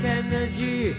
energy